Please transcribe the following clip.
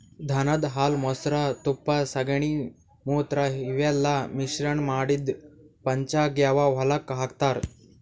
ದನದ್ ಹಾಲ್ ಮೊಸ್ರಾ ತುಪ್ಪ ಸಗಣಿ ಮೂತ್ರ ಇವೆಲ್ಲಾ ಮಿಶ್ರಣ್ ಮಾಡಿದ್ದ್ ಪಂಚಗವ್ಯ ಹೊಲಕ್ಕ್ ಹಾಕ್ತಾರ್